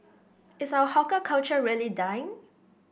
is our hawker culture really dying